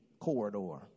corridor